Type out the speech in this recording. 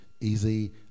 easy